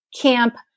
camp